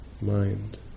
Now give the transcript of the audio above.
mind